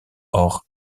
oor